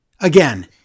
again